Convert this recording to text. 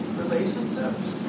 relationships